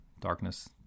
darkness